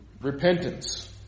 Repentance